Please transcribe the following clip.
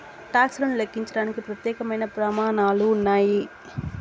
talks లను లెక్కించడానికి ప్రత్యేకమైన ప్రమాణాలు ఉన్నాయి